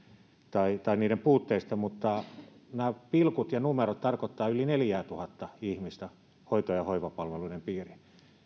tai tai niiden puutteesta mutta nämä pilkut ja numerot tarkoittavat yli neljäätuhatta ihmistä hoito ja hoivapalveluiden piiriin